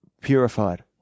purified